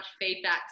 feedback